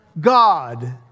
God